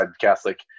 Catholic